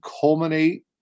culminate